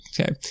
Okay